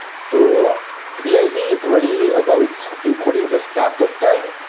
so the idea is really about improving the startup time.